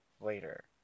later